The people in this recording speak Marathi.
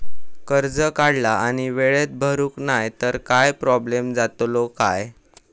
कर्ज काढला आणि वेळेत भरुक नाय तर काय प्रोब्लेम जातलो काय?